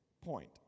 point